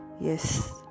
yes